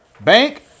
Bank